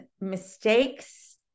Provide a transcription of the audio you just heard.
mistakes